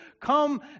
come